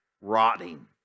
rotting